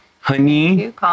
Honey